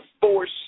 force